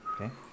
okay